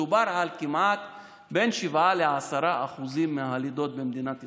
מדובר על בין 7% ל-10% מהלידות במדינת ישראל,